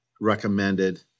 recommended